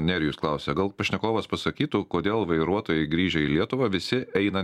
nerijus klausia gal pašnekovas pasakytų kodėl vairuotojai grįžę į lietuvą visi eina